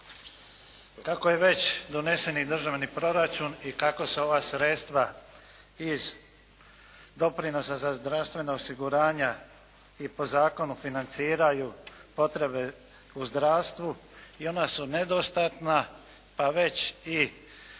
Kako je već doneseni državni proračun i kako se ova sredstva iz doprinosa za zdravstveno osiguranje i po zakonu financiraju potrebe u zdravstvu i ona su nedostatna pa već i